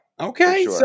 Okay